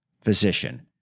physician